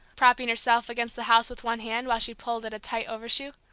propping herself against the house with one hand, while she pulled at a tight overshoe.